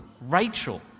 Rachel